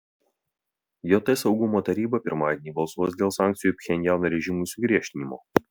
jt saugumo taryba pirmadienį balsuos dėl sankcijų pchenjano režimui sugriežtinimo